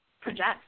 project